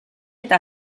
eta